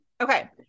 Okay